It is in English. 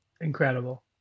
Incredible